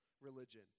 religion